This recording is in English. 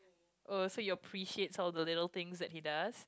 oh so you appreciates all the little things that he does